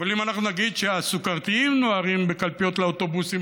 אבל אם אנחנו נגיד שהסוכרתיים נוהרים לקלפיות באוטובוסים,